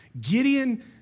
Gideon